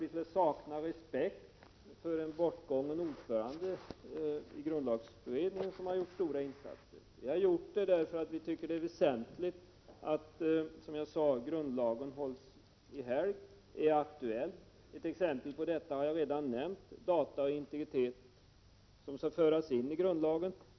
Vi saknar inte respekt för en bortgången ordförande i rättighetsskyddsutredningen, en person som har gjort stora insatser. Orsaken har, som sagt, varit den att vi anser det vara väsentligt att grundlagen hålls i helgd och att den är aktuell. Jag har redan nämnt ett exempel på detta. Det gäller bestämmelser om data och integritet som skall tas in i grundlagen.